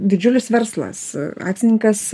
didžiulis verslas akcininkas